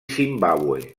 zimbàbue